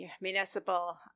municipal